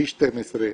פי 12,